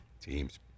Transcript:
Teams